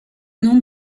nom